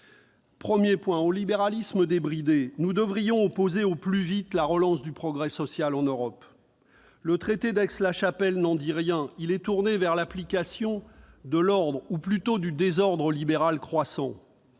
Premier point : au libéralisme débridé, nous devrions opposer au plus vite la relance du progrès social en Europe. Le traité d'Aix-la-Chapelle n'en dit rien ; il est tourné vers l'application renforcée de l'ordre, ou plutôt du désordre, libéral, vers